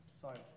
Sorry